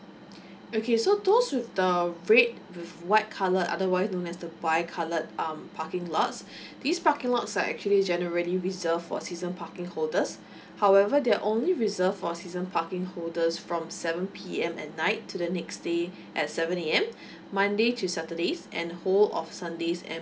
okay so those with the red with white colour otherwise known as the bi colored um parking lots these parking lots are actually generally reserve for season parking holders however they are only reserved for season parking holders from seven P_M at night to the next day at seven A_M monday to saturdays and whole of sundays and